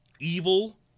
evil